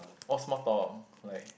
all small talk like